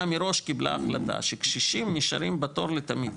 מראש קיבלה החלטה שקשישים נשארים בתור לתמיד,